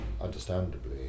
understandably